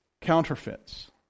counterfeits